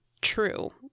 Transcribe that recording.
true